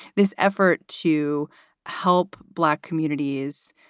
this effort to help black communities.